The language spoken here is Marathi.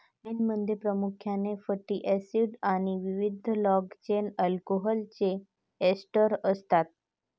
मेणमध्ये प्रामुख्याने फॅटी एसिडस् आणि विविध लाँग चेन अल्कोहोलचे एस्टर असतात